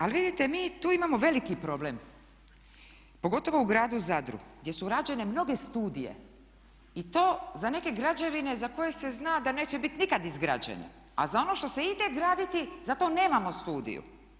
Ali vidite, mi tu imamo veliki problem pogotovo u gradu Zadru, gdje su rađene mnoge studije i to za neke građevine za koje se zna da neće biti nikad izgrađene, a za ono što se ide graditi za to nemamo studiju.